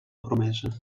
promesa